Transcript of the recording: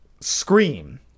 scream